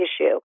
issue